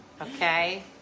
Okay